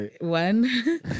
one